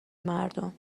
مردم